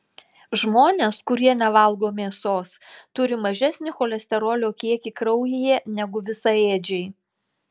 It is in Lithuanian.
žmonės kurie nevalgo mėsos turi mažesnį cholesterolio kiekį kraujyje negu visaėdžiai